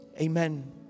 Amen